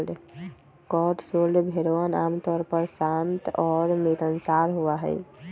Cotswold भेड़वन आमतौर पर शांत और मिलनसार होबा हई